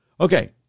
Okay